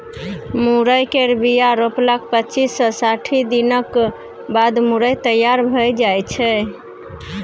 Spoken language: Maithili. मुरय केर बीया रोपलाक पच्चीस सँ साठि दिनक बाद मुरय तैयार भए जाइ छै